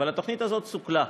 אבל התוכנית הזאת סוכלה.